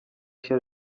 się